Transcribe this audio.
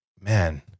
man